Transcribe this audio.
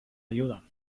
ayuda